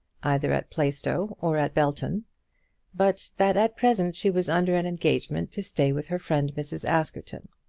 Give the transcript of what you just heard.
either at plaistow or at belton but that at present she was under an engagement to stay with her friend mrs. askerton.